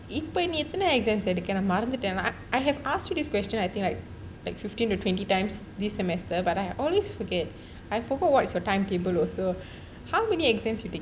இப்ப நீ எத்தனை:ippa nee etthanai exams எடுக்குற நான் மறந்துட்டேன்:edukkura naan maranthuttaean lah I have asked you this question I think like like fifteen to twenty times this semester but I always forget I forgot what's your timetable also how many exams you take